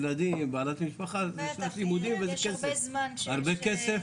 הרבה כסף.